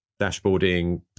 dashboarding